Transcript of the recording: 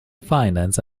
finance